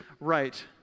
right